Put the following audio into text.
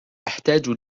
أحتاج